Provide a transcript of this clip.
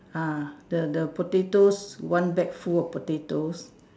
uh the the potatoes one bag full of potatoes